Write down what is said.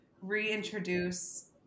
reintroduce